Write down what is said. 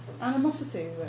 Animosity